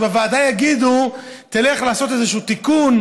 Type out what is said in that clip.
ובוועדה יגידו: תלך לעשות איזשהו תיקון